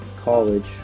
college